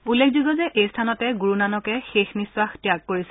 উল্লেখযোগ্য যে এই স্থানতে গুৰুনানকে শেষ নিখাস ত্যাগ কৰিছিল